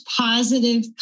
positive